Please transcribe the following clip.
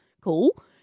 Cool